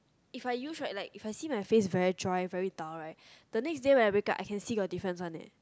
if I use right like if I see my face very dry very dull right the next day when I wake up I can see got difference one leh